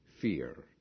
fear